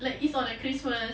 like it's on a christmas